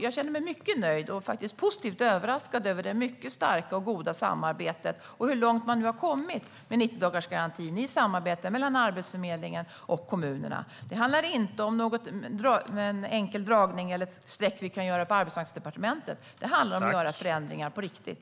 Jag känner mig mycket nöjd och är positivt överraskad över det mycket starka och goda samarbetet och hur långt man nu har kommit med 90-dagarsgarantin i samarbete mellan Arbetsförmedlingen och kommunerna. Det handlar inte om en enkel dragning eller ett streck vi kan göra på Arbetsmarknadsdepartementet. Det handlar om att göra förändringar på riktigt.